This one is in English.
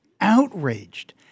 outraged